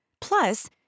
Plus